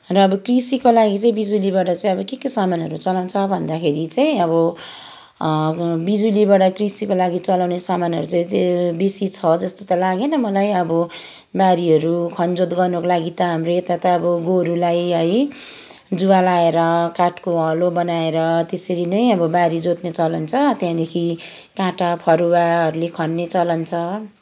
र अब कृषिको लागि चाहिँ बिजुलीबाट चाहिँ अब के के सामानहरू चलाउँछ भन्दाखेरि चाहिँ अब बिजुलीबाट कृषिको लागि चलाउने सामानहरू चाहिँ बेसी छ जस्तो त लागेन मलाई अब बारीहरू खनजोत गर्नको लागि त हाम्रो यता त अब गोरुलाई है जुवा लाएर काठको हलो बनाएर त्यसरी नै अब बारी जोत्ने चलन छ त्यहाँदेखि काँटा फरुवाहरूले खन्ने चलन छ